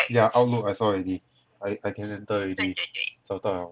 yeah outlook I saw already I I can enter already 找到 liao